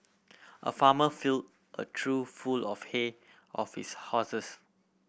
a farmer fill a trough full of hay of his horses